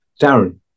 Darren